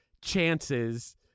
chances